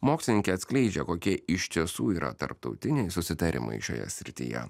mokslininkė atskleidžia kokie iš tiesų yra tarptautiniai susitarimai šioje srityje